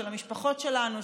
של המשפחות שלנו,